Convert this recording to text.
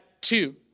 two